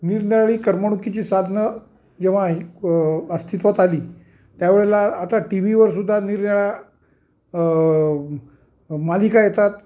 निरनिराळी करमणुकीची साधनं जेव्हा हे अस्तित्वात आली त्यावेळेला आता टी वीवर सुद्धा निरनिराळ्या मालिका येतात